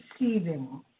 receiving